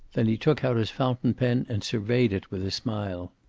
then he took out his fountain-pen and surveyed it with a smile.